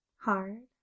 hard